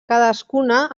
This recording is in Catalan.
cadascuna